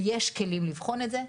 ויש כלים לבחון את זה.